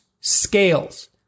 scales